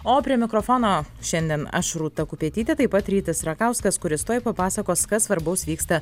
o prie mikrofono šiandien aš rūta kupetytė taip pat rytis rakauskas kuris tuoj papasakos kas svarbaus vyksta